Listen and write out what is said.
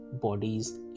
bodies